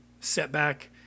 setback